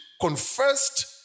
confessed